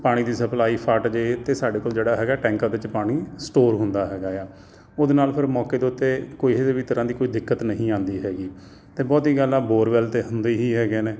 ਪਾਣੀ ਦੀ ਸਪਲਾਈ ਫਟ ਜੇ ਤੇ ਸਾਡੇ ਕੋਲ ਜਿਹੜਾ ਹੈਗਾ ਟੈਂਕਾ ਵਿੱਚ ਪਾਣੀ ਸਟੋਰ ਹੁੰਦਾ ਹੈਗਾ ਆ ਉਹਦੇ ਨਾਲ ਫਿਰ ਮੌਕੇ ਦੇ ਉੱਤੇ ਕਿਸੇ ਵੀ ਤਰ੍ਹਾਂ ਦੀ ਕੋਈ ਦਿੱਕਤ ਨਹੀਂ ਆਉਂਦੀ ਹੈਗੀ ਅਤੇ ਬਹੁਤ ਹੀ ਗੱਲ ਆ ਬੋਰਵੈਲ ਤਾਂ ਹੁੰਦੀ ਹੀ ਹੈਗੇ ਨੇ